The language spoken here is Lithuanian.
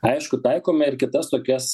aišku taikome ir kitas tokias